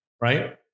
right